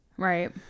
Right